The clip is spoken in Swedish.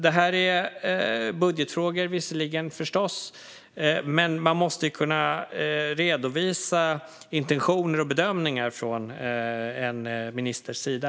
Detta är visserligen budgetfrågor, förstås, men jag menar att man måste kunna redovisa intentioner och bedömningar från en ministers sida.